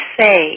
say